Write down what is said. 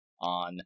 on